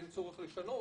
אין צורך לשנות,